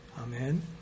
Amen